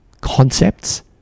concepts